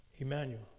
Emmanuel